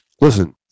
listen